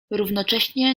równocześnie